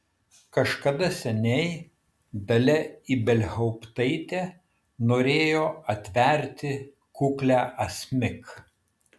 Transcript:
kažkada seniai dalia ibelhauptaitė norėjo atverti kuklią asmik